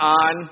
on